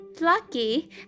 lucky